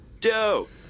dope